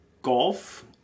Golf